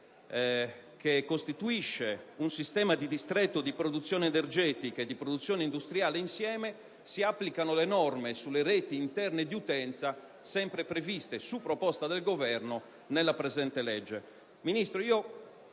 che costituisce un sistema di distretto di produzione energetica ed industriale insieme, si applicano le norme sulle reti interne di utenza come previste, su proposta del Governo, nella presente legge.